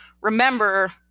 remember